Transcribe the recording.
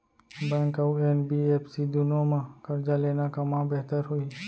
Bank अऊ NBFC दूनो मा करजा लेना कामा बेहतर होही?